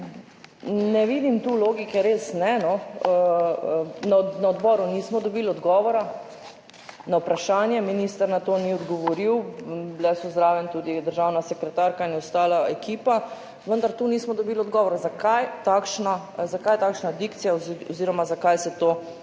(nadaljevanje) odboru nismo dobili odgovora na vprašanje. Minister na to ni odgovoril, bile so zraven tudi državna sekretarka in ostala ekipa, vendar tu nismo dobili odgovora zakaj takšna dikcija oziroma zakaj se to uveljavlja.